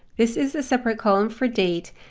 this is a separate column for date.